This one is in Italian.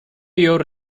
your